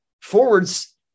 Forwards